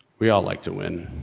we all like to win.